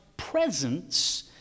presence